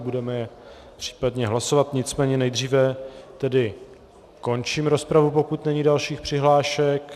Budeme případně hlasovat, nicméně nejdříve končím rozpravu, pokud není dalších přihlášek.